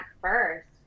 first